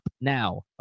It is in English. now